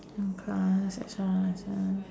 some class extra lesson